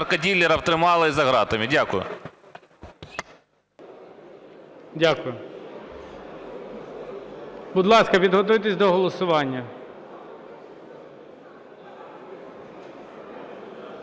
Дякую. Будь ласка, підготуйтесь до голосування.